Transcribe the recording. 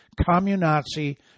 communazi